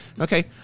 Okay